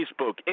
Facebook